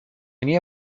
nie